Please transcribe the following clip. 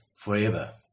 Forever